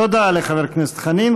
תודה לחבר הכנסת חנין.